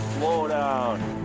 slow down.